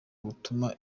gutuma